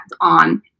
on